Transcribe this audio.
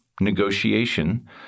negotiation